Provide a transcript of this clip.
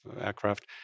aircraft